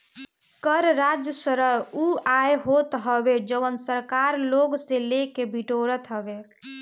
कर राजस्व उ आय होत हवे जवन सरकार लोग से लेके बिटोरत हवे